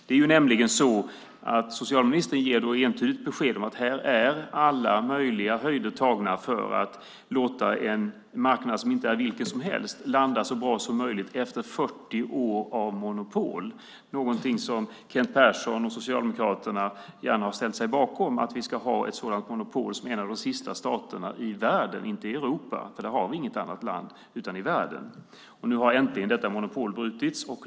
Det är nämligen så att socialministern ger entydigt besked om att alla möjliga höjder här är tagna för att låta en marknad som inte är vilken som helst landa så bra som möjligt efter 40 år av monopol. Kent Persson och Socialdemokraterna har gärna ställt sig bakom att vi ska ha ett sådant monopol som en av de sista staterna i världen - inte i Europa, för där har vi inget annat land, utan i världen. Nu har äntligen detta monopol brutits.